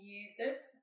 users